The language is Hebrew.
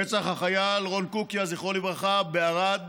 רצח החייל רון קוקיא זכרו לברכה בערד